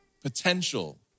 potential